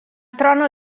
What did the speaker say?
trono